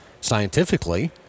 scientifically